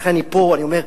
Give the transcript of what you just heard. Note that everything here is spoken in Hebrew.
לכן פה אני אומר,